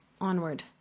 onward